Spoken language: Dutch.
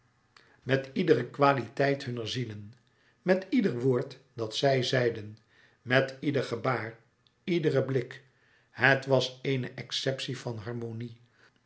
met iedere qualiteit louis couperus metamorfoze hunner zielen met ieder woord dat zij zeiden met ieder gebaar iederen blik het was eene exceptie van harmonie